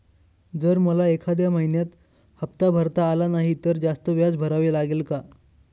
जर मला एखाद्या महिन्यात हफ्ता भरता आला नाही तर जास्त व्याज भरावे लागेल का?